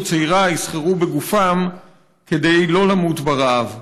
צעירה יסחרו בגופם כדי לא למות ברעב.